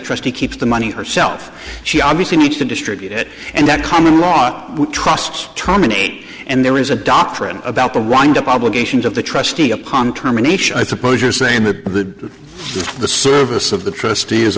trustee keep the money herself she obviously needs to distribute it and that common lot trusts terminate and there is a doctrine about the wind up obligations of the trustee upon terminations i suppose you're saying that the the service of the trustee is